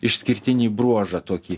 išskirtinį bruožą tokį